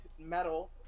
metal